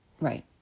right